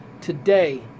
today